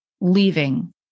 leaving